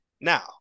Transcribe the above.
Now